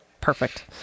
Perfect